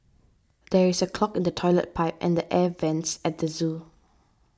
there is a clog in the Toilet Pipe and Air Vents at the zoo